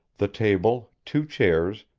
the table, two chairs,